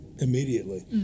immediately